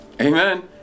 Amen